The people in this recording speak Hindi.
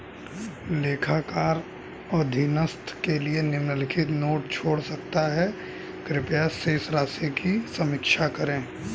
लेखाकार अधीनस्थ के लिए निम्नलिखित नोट छोड़ सकता है कृपया शेष राशि की समीक्षा करें